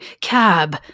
cab